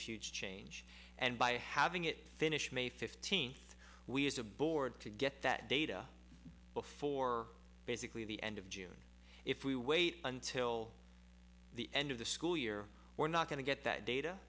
future change and by having it finish may fifteenth we use a board to get that data before basically the end of june if we wait until the end of the school year we're not going to get that data